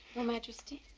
your majesty.